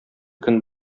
көн